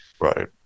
right